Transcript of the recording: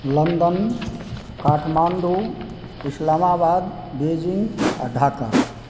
London Kathmandu Islamabad Beijing आ ढ़ाका